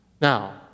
Now